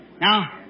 Now